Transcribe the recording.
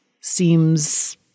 seems